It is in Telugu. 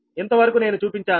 ఇంతవరకు నేను చూపించాను